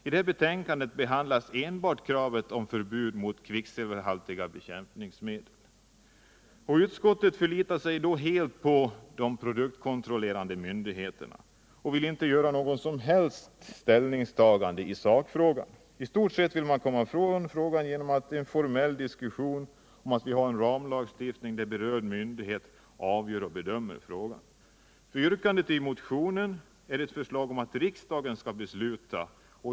I betänkandet behandlas endast kravet på förbud mot kvicksilverhaltiga bekämpningsmedel. Utskottet förlitar sig då helt på de produktkontrollerande myndigheterna och vill inte göra något som helst ställningstagande i sakfrågan. I stort sett vill man komma ifrån frågan genom en formell diskussion om att vi har en ramlagstiftning, enligt vilken berörd myndighet avgör och bedömer frågan. Yrkandet i motionen är ett förslag om att riksdagen skall besluta.